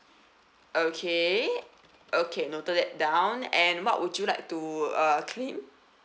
okay okay noted that down and what would you like to uh claim